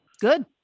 Good